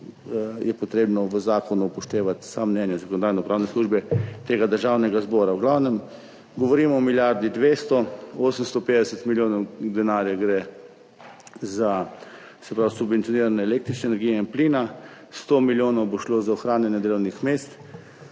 je potrebno v zakonu upoštevati vsa mnenja Zakonodajno-pravne službe Državnega zbora. V glavnem, govorimo o milijardi 200 tisoč. 850 milijonov evrov denarja gre za subvencioniranje električne energije in plina, 100 milijonov bo šlo za ohranjanje delovnih mest